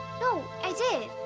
no! i did!